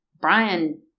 Brian